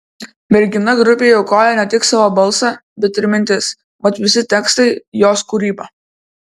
mergina grupei aukoja ne tik savo balsą bet ir mintis mat visi tekstai jos kūryba